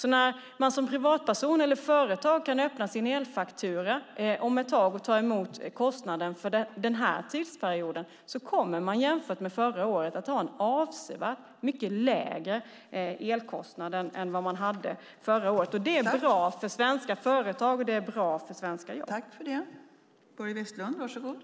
Men när privatpersoner och företag om ett tag öppnar sin elfaktura med kostnaden för den här tidsperioden kommer det att vara en avsevärt lägre elkostnad än förra året. Det är bra för svenska företag, och det är bra för svenska jobb.